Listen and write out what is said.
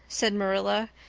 said marilla,